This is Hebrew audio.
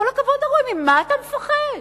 בכל הכבוד הראוי, ממה אתה מפחד?